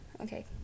Okay